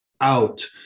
out